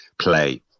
play